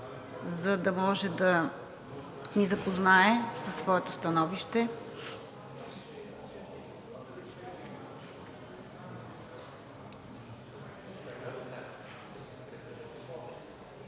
за да може да ни запознае със своето становище.